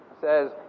says